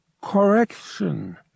Correction